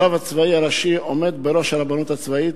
הרב הצבאי הראשי עומד בראש הרבנות הצבאית,